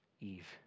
Eve